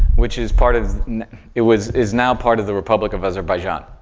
which is part of it was is now part of the republic of azerbaijan,